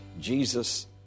Jesus